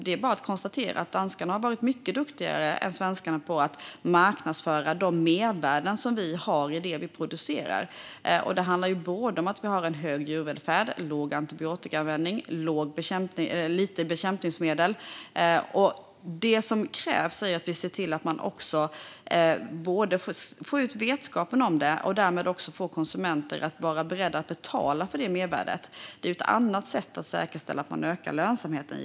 Det är bara att konstatera att danskarna har varit mycket duktigare än svenskarna på att marknadsföra de mervärden man har i det man producerar. Det handlar om en hög djurvälfärd, en låg antibiotikaanvändning och lite bekämpningsmedel. Det som krävs är att vi ser till att få ut vetskapen om detta och därmed också få konsumenter att vara beredda att betala för detta mervärde. Det är givetvis ett annat sätt att säkerställa att man ökar lönsamheten.